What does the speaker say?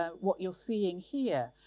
ah what you're seeing here.